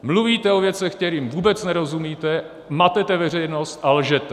Mluvíte o věcech, kterým vůbec nerozumíte, matete veřejnost a lžete!